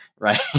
right